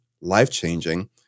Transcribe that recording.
life-changing